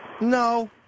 No